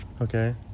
okay